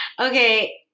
okay